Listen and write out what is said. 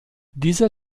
dieser